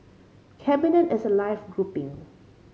cabinet is a live grouping